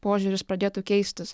požiūris pradėtų keistis